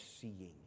seeing